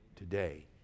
today